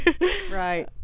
Right